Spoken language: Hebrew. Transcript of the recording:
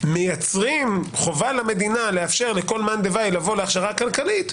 מייצרים חובה למדינה לאפשר לכל מאן דהוא לבוא להכשרה כלכלית,